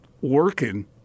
working